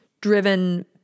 driven